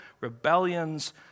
rebellions